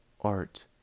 Art